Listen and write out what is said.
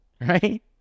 Right